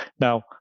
Now